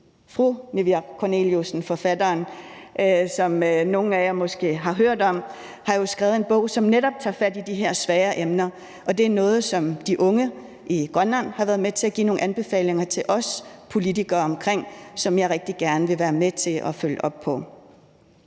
Niviaq Korneliussen, som nogle af jer måske har hørt om, har jo skrevet en bog, som netop tager fat i de her svære emner, og det er noget, som de unge i Grønland har været med til at give nogle anbefalinger til os politikere om, og dem vil jeg rigtig gerne være med til at følge op på.